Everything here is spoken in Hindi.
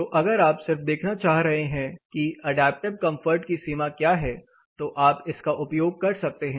तो अगर आप सिर्फ देखना चाह रहे हैं कि अडैप्टिव कंफर्ट की सीमा क्या है तो आप इसका उपयोग कर सकते हैं